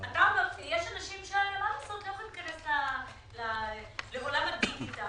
יש אנשים שלא יכולים להיכנס לעולם הדיגיטל